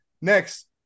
Next